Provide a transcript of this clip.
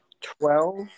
Twelve